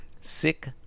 Sick